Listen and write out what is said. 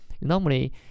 normally